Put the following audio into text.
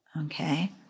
Okay